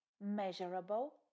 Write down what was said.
Measurable